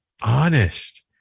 honest